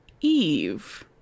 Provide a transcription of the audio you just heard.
Eve